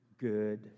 good